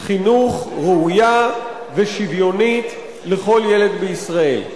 חינוך ראויה ושוויונית לכל ילד בישראל.